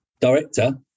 director